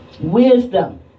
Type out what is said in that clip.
wisdom